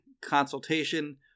consultation